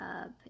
up